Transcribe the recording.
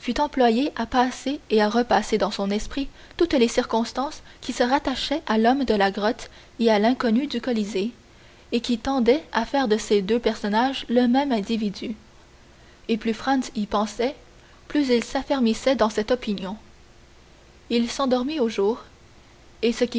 employée à passer et repasser dans son esprit toutes les circonstances qui se rattachaient à l'homme de la grotte et à l'inconnu du colisée et qui tendaient à faire de ces deux personnages le même individu et plus franz y pensait plus il s'affermissait dans cette opinion il s'endormit au jour et ce